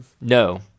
No